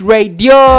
Radio